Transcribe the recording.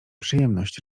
przyjemność